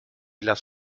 las